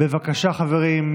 בבקשה, חברים.